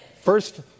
first